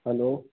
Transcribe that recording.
hello